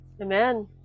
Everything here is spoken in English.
Amen